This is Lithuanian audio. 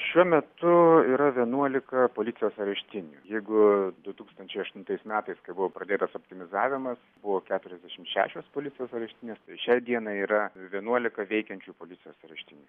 šiuo metu yra vienuolika policijos areštinių jeigu du tūkstančiai aštuntais metais kai buvo pradėtas optimizavimas buvo keturiasdešim šešios policijos areštinės tai šiai dienai yra vienuolika veikiančių policijos areštinių